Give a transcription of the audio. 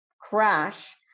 crash